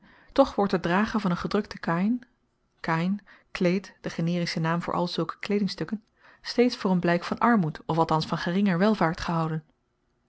toch wordt het dragen van n gedrukten kain kahin kleed de generische naam voor al zulke kleedingstukken steeds voor n blyk van armoed of althans van geringer welvaart gehouden